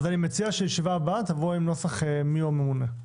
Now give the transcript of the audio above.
אני מציע שלישיבה הבאה תבואו עם נוסח מיהו הממונה.